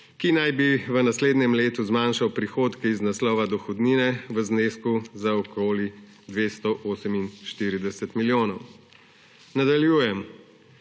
ki naj bi v naslednjem letu zmanjšal prihodke iz naslova dohodnine v znesku okoli 248 milijonov. Nadaljujem.